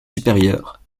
supérieure